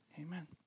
Amen